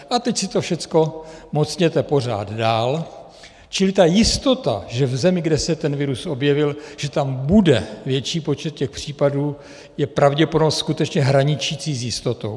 A teď si to všechno mocněte pořád dál, čili ta jistota, že v zemi, kde se ten virus objevil, že tam bude větší počet těch případů, je pravděpodobnost skutečně hraničící s jistotou.